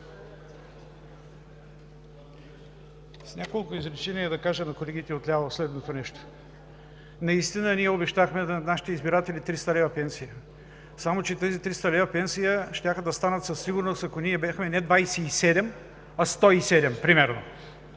С няколко изречения да кажа на колегите от ляво следното нещо. Наистина ние обещахме на нашите избиратели 300 лв. пенсия, само че тези 300 лв. пенсия щяха да станат със сигурност, ако ние бяхме не 27, а 107 примерно.